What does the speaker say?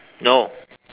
no